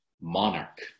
monarch